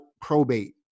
probate